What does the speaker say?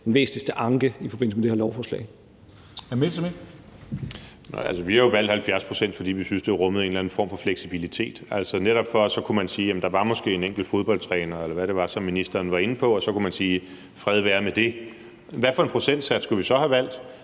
Messerschmidt. Kl. 14:01 Morten Messerschmidt (DF): Vi har jo valgt 70 pct., fordi vi syntes, det rummede en eller anden form for fleksibilitet, netop for at man kunne sige, at der var måske en enkelt fodboldtræner, eller hvad det var, som ministeren var inde på, og så kunne man sige: Fred være med det. Hvad for en procentsats skulle vi så have valgt?